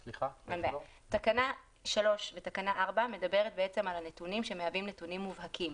תקנה 3 ותקנה 4 מדברות על נתונים שמהווים נתונים מובהקים,